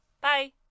Bye